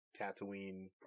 Tatooine